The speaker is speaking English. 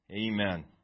Amen